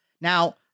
Now